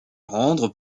rendre